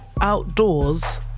outdoors